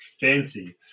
fancy